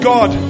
God